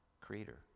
creator